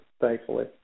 thankfully